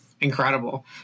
Incredible